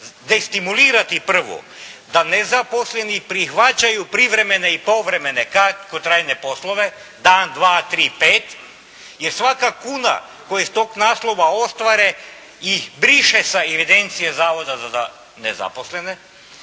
destimulirati prvo da nezaposleni prihvaćaju privremene i povremene kratkotrajne poslove dan, dva, tri, pet jer svaka kuna koju iz tog naslova ostvare ih briše iz evidencije Zavoda za nezaposlene